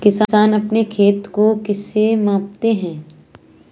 किसान अपने खेत को किससे मापते हैं?